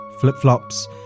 Flip-flops